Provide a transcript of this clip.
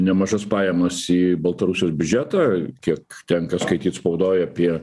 nemažas pajamas į baltarusijos biudžetą kiek tenka skaityt spaudoj apie